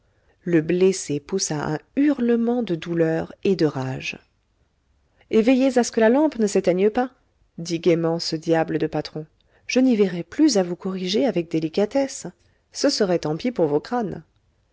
le blessé poussa un hurlement de douleur et de rage et veillez à ce que la lampe ne s'éteigne pas dit gaiement ce diable de patron je n'y verrais plus à vous corriger avec délicatesse ce serait tant pis pour vos crânes